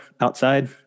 outside